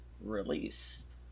released